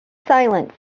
silent